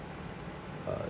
uh